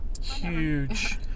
huge